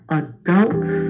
adults